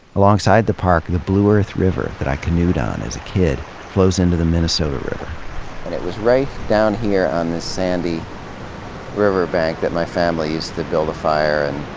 alongside the park, the blue earth river, that i canoed on as a kid flows into the minnesota river. and it was right down here on this sandy river bank that my family used to build a fire and